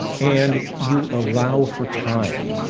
and you allow for time.